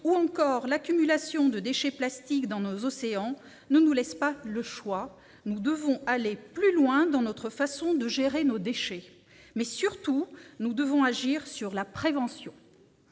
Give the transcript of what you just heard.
ou encore l'accumulation de déchets plastiques dans nos océans ne nous laissent pas le choix : nous devons aller plus loin dans notre façon de gérer nos déchets, mais nous devons surtout agir sur la prévention.